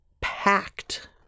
packed